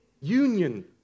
union